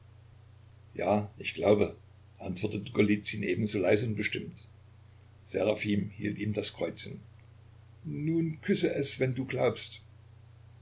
ja ich glaube antwortete golizyn ebenso leise und bestimmt seraphim hielt ihm das kreuz hin nun küsse es wenn du glaubst